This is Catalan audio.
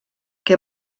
què